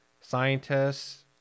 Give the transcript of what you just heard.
scientists